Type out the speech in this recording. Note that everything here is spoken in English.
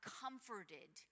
comforted